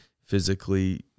physically